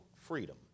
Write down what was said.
freedom